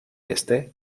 este